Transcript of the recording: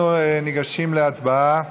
אנחנו ניגשים להצבעה.